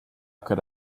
could